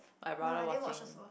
my brother watching